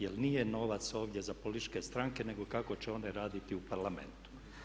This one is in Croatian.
Jel nije novac ovdje za političke stranke nego kako će ona raditi u Parlamentu.